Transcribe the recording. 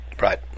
Right